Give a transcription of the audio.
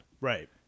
right